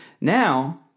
Now